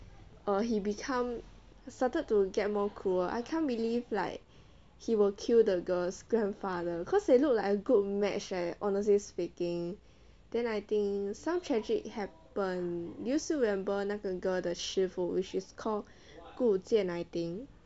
or he become started to get more cruel I can't believe like he will kill the girl's grandfather cause they look like a good match eh honestly speaking then I think some tragic happened do you still remember 那个 girl the 师父 which is called 顾剑 I think